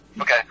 Okay